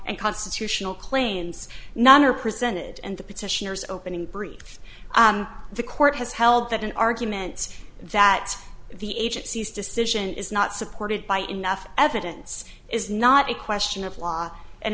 and constitutional claims none are presented and the petitioners opening brief the court has held that in arguments that the agency's decision is not supported by enough evidence is not a question of law and